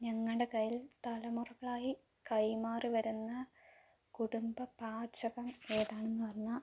ഞങ്ങളുടെ കയ്യിൽ തലമുറകളായി കൈമാറി വരുന്ന കുടുംബ പാചകം ഏതാണെന്ന് പറഞ്ഞാൽ